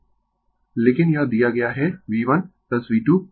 Refer Slide Time 0032 लेकिन यह दिया गया है V1V2V3 यह फेजर क्वांटिटी है